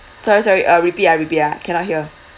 sorry sorry uh repeat ah repeat ah cannot hear